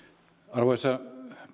arvoisa